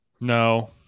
No